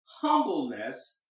humbleness